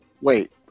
wait